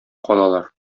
калалар